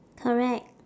correct